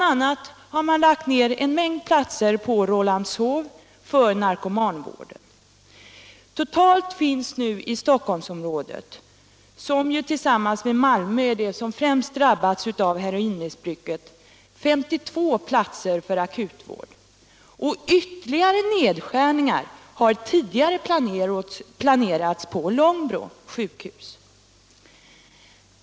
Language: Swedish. a. har man lagt ned en mängd platser för narkomanvården på Rålambshov. Totalt finns det nu i Stockholmsområdet, som ju tillsammans med Malmö är det område som främst drabbats av heroinmissbruket, 52 platser för akutvård, och ytterligare nedskärningar har tidigare planerats på Långbro sjukhus.